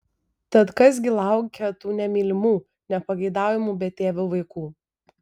tad kas gi laukia tų nemylimų nepageidaujamų betėvių vaikų